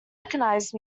recognise